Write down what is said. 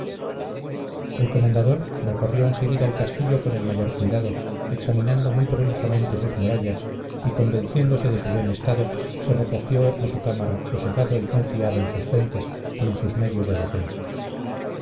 el comendador recorrió enseguida el castillo con el mayor cuidado examinando muy prolijamente sus murallas y convenciéndose de su buen estado se recogió a su cámara sosegado y confiado en sus gentes y en sus medios de defensa